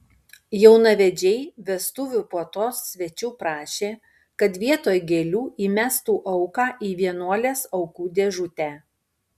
jaunavedžiai vestuvių puotos svečių prašė kad vietoj gėlių įmestų auką į vienuolės aukų dėžutę